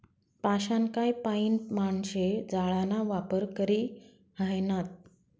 पाषाणकाय पाईन माणशे जाळाना वापर करी ह्रायनात